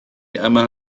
yma